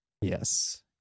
Yes